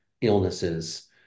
illnesses